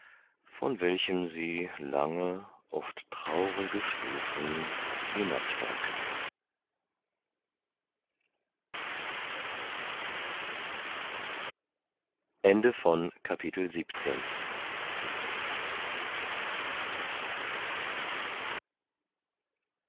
von welchem sie lange oft traurige stufen hinabsteigt